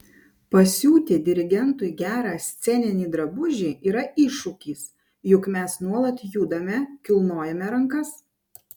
pasiūti dirigentui gerą sceninį drabužį yra iššūkis juk mes nuolat judame kilnojame rankas